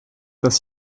dass